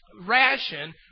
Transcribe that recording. ration